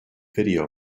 video